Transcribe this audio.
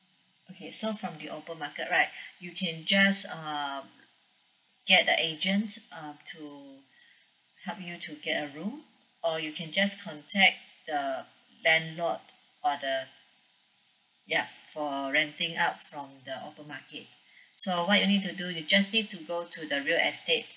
okay so from the open market right you can just uh get the agents um to help you to get a room or you can just contact the landlord uh the yup for renting up from the open market so what you need to do you just need to go to the real estate